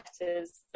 letters